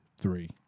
three